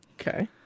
Okay